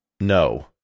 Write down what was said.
No